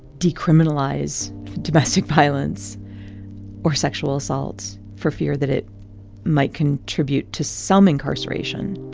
decriminalize domestic violence or sexual assaults for fear that it might contribute to some incarceration.